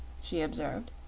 she observed,